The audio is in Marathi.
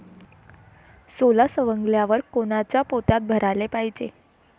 सोला सवंगल्यावर कोनच्या पोत्यात भराले पायजे?